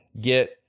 get